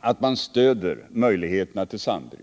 att man stöder möjligheterna till sambruk.